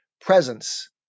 presence